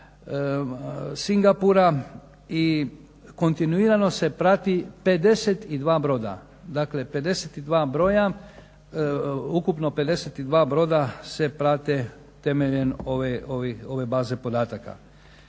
Singapura i kontinuirano se prati 52 broda. Dakle, 52 broda, ukupno 52 broda se prate temeljem ove baze podataka.